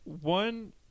one